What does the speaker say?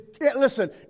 listen